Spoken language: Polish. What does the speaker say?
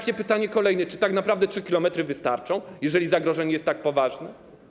I pytanie kolejne: Czy tak naprawdę 3 km wystarczą, jeżeli zagrożenie jest tak poważne?